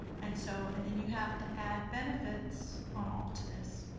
and so and then you have to add benefits on all to this.